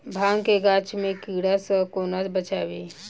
भांग केँ गाछ केँ कीड़ा सऽ कोना बचाबी?